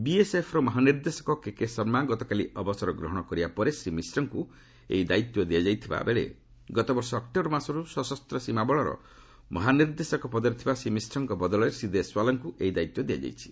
BSF ର ମହାନିର୍ଦ୍ଦେଶକ K K Sharma ଗତକାଲି ଅବସର ଗ୍ରହଣ କରିବା ପରେ ଶ୍ରୀ ମିଶ୍ରଙ୍କୁ ଏହି ଦାୟିତ୍ୱ ଦିଆଯାଇଥିବା ବେଳେ ଗତବର୍ଷ ଅକ୍ଟୋବର ମାସରୁ ସଶସ୍ତ ସୀମା ବଳର ମହାନିର୍ଦ୍ଦେଶକ ପଦରେ ଥିବା ଶ୍ରୀ ମିଶ୍ରଙ୍କ ବଦଳରେ ଶ୍ରୀ ଦେଶୱାଲଙ୍କୁ ଏହି ଦାୟିତ୍ୱ ଦିଆଯାଇଛି